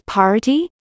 party